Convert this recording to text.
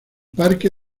parque